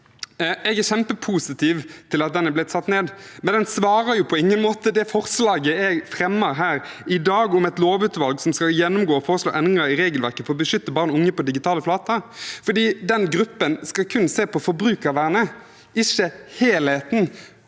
Jeg er kjempepositiv til at den har blitt satt ned, men den svarer på ingen måte til de forslagene jeg fremmer her i dag, om et lovutvalg som skal gjennomgå og foreslå endringer i regelverket for å beskytte barn og unge på digitale flater. Den gruppen skal kun se på forbrukervernet, ikke helheten.